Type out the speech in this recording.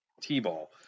t-ball